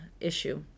issue